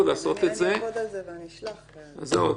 אני רוצה להודות לכולם.